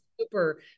super